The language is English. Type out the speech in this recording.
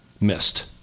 missed